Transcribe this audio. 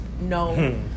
No